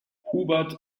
hubert